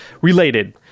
related